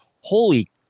holy